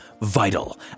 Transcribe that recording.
vital